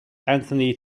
anthony